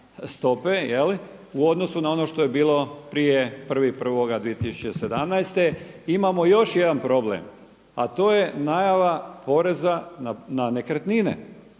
stope u odnosu na ono što je bilo prije 1.1.2017. Imamo još jedan problem a to je najava poreza na nekretnine